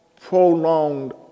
prolonged